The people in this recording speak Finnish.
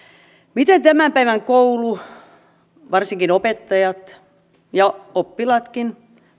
miten tämän päivän koulu voi varsinkin opettajat ja oppilaatkin